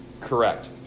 Correct